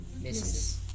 Misses